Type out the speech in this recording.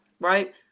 right